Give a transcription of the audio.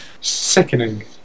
Sickening